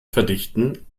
verdichten